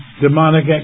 demonic